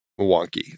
wonky